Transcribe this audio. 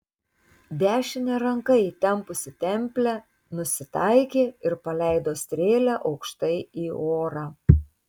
dešine ranka įtempusi templę nusitaikė ir paleido strėlę aukštai į orą